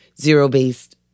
zero-based